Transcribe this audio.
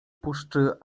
puszczy